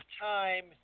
time